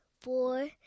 four